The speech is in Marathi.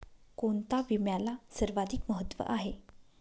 कोणता विम्याला सर्वाधिक महत्व आहे?